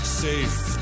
safe